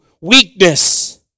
weakness